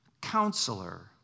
counselor